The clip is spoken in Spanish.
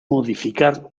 modificar